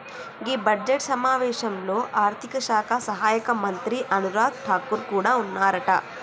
గీ budget సమావేశాల్లో ఆర్థిక శాఖ సహాయక మంత్రి అనురాగ్ ఠాగూర్ కూడా ఉన్నారట